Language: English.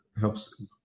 helps